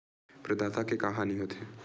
प्रदाता के का हानि हो थे?